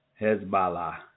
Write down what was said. Hezbollah